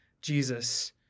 Jesus